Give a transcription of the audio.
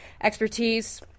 expertise